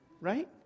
right